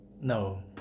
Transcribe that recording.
No